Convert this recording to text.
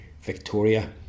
Victoria